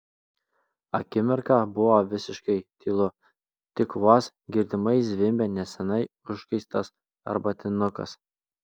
akimirką buvo visiškai tylu tik vos girdimai zvimbė neseniai užkaistas arbatinukas